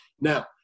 Now